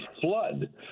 flood